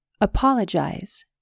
Apologize